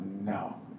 no